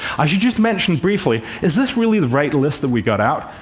i should just mention briefly, is this really the right list that we got out?